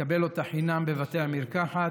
לקבל אותה חינם בבתי המרקחת,